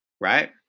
right